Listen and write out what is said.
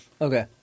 Okay